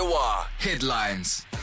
Headlines